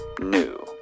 new